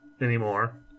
anymore